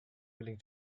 willing